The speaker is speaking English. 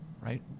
Right